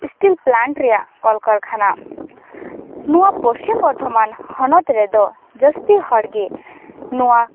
steel plant ᱨᱮᱭᱟᱜ ᱠᱚᱞ ᱠᱟᱨᱠᱷᱟᱱᱟ ᱱᱚᱣᱟ ᱯᱚᱪᱷᱤᱢ ᱵᱚᱨᱫᱷᱚᱢᱟᱱ ᱦᱚᱱᱚᱛ ᱨᱮ ᱫᱚ ᱡᱟᱹᱥᱛᱤ ᱦᱚᱲ ᱜᱮ ᱱᱚᱣᱟ